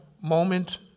moment